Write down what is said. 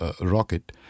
rocket